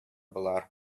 болар